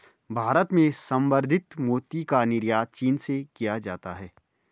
भारत में संवर्धित मोती का निर्यात चीन से किया जाता है